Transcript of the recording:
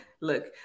look